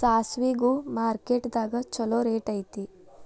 ಸಾಸ್ಮಿಗು ಮಾರ್ಕೆಟ್ ದಾಗ ಚುಲೋ ರೆಟ್ ಐತಿ